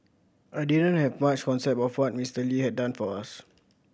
I didn't have much concept of what Mister Lee had done for us